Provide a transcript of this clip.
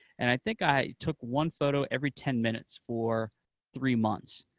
and i think i took one photo every ten minutes for three months,